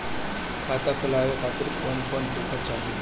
खाता खुलवाए खातिर कौन कौन पेपर चाहीं?